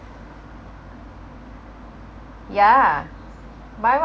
yeah my [one]